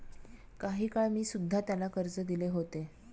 काही काळ मी सुध्धा त्याला कर्ज दिले होते